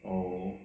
oh